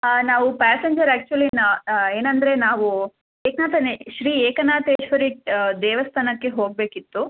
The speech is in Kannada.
ನಾವು ಪ್ಯಾಸೆಂಜರ್ ಆ್ಯಕ್ಚುಲಿ ಏನಂದರೆ ನಾವು ಏಕ್ನಾತನೇ ಶ್ರೀ ಏಕನಾಥೇಶ್ವರಿ ದೇವಸ್ಥಾನಕ್ಕೆ ಹೋಗಬೇಕಿತ್ತು